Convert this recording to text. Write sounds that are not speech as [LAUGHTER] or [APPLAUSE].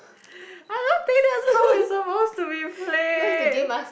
[BREATH] I don't think that's how it's supposed to be played